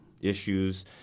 issues